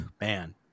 man